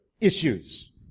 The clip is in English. issues